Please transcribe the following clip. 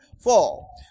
fall